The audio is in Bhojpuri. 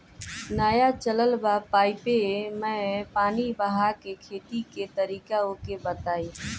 नया चलल बा पाईपे मै पानी बहाके खेती के तरीका ओके बताई?